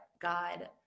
God